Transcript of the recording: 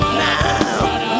now